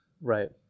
Right